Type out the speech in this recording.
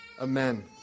Amen